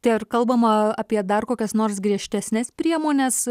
tai ar kalbama apie dar kokias nors griežtesnes priemones